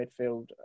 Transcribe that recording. midfield